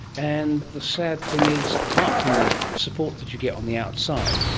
and the sad thing is, apart from the support that you get on the outside,